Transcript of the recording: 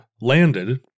landed